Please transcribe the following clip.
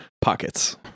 Pockets